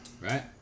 Right